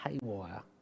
haywire